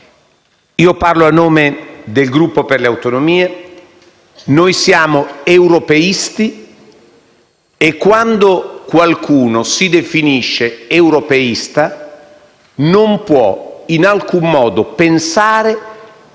Parlo a nome del Gruppo Per le Autonomie. Noi siamo europeisti. E quando qualcuno si definisce europeista non può in alcun modo non pensare